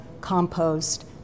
compost